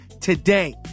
today